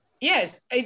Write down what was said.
yes